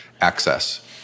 access